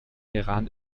iran